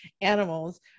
animals